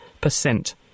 percent